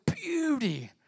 beauty